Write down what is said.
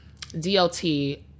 DLT